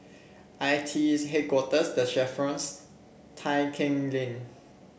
I T E Headquarters The Chevrons Tai Keng Lane